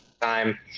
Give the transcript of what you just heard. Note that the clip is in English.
time